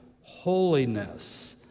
holiness